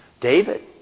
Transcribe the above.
David